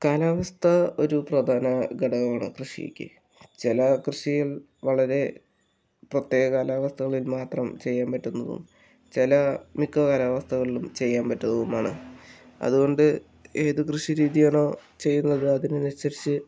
കാലാവസ്ഥ ഒരു പ്രധാന ഘടകമാണ് കൃഷിയ്ക്ക് ചില കൃഷിയിൽ വളരെ പ്രത്യേക കാലാവസ്ഥകളിൽ മാത്രം ചെയ്യാൻ പറ്റുന്നതും ചില മിക്ക കാലാവസ്ഥകളിലും ചെയ്യാൻ പറ്റുന്നതുമാണ് അതുകൊണ്ടു ഏതു കൃഷി രീതി ആണോ ചെയ്യുന്നത് അതിനനുസരിച്ച്